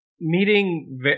meeting